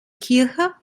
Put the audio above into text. kirche